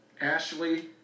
Ashley